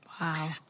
Wow